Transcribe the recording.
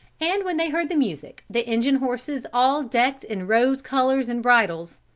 and when they heard the music the engine horses, all decked in rose collars and bridles,